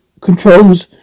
controls